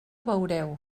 veureu